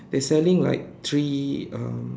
they selling like three um